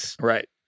right